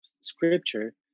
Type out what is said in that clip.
scripture